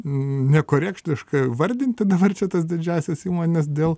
nekorektiška vardinti dabar čia tas didžiąsias įmones dėl